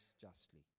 justly